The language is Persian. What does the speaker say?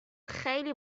خیلی